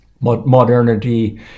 modernity